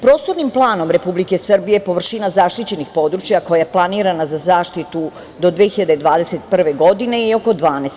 Prostornim planom Republike Srbije površina zaštićenih područja koja je planirana za zaštitu do 2021. godine je oko 12%